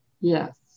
Yes